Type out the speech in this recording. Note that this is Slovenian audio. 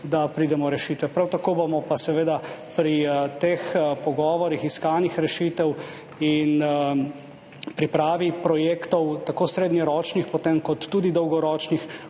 da pridemo do rešitve. Prav tako bomo pa seveda pri teh pogovorih, iskanjih rešitev in pripravi projektov, tako srednjeročnih kot potem tudi dolgoročnih,